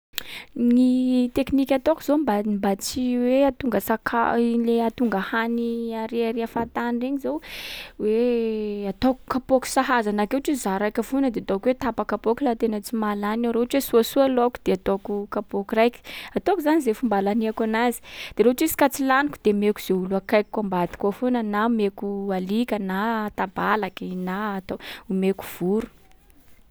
Ny teknika ataoko zao mba- mba tsy hoe hahatonga saka- iny le hahahatonga hany ariàrià fahatany regny zao hoe ataoko kapoaka sahaza anakahy ohatry hoe zaho raika foana de ataoko hoe tapa-kapoaka laha tena tsy mahalany aho, raha ohatra hoe soasoa laoko de ataoko kapoaky raiky. Ataoko zany zay fomba ahalaniako anazy. De raha ohatra izy ka tsy laniko de meko zay olo akaikiko ambadika ao foana na meko alika, na tabalaky, na atao- omeko voro.